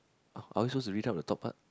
oh are we supposed to read out the top part